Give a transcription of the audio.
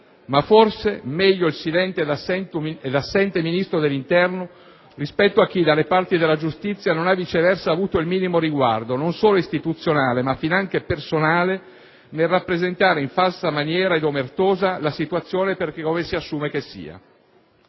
sia. Forse, è meglio il silente ed assente Ministro dell'interno, rispetto a chi, dalle parti della giustizia, non ha viceversa avuto il minimo riguardo, non solo istituzionale, ma finanche personale, nel rappresentare in maniera falsa ed omertosa la situazione per come si assume che sia.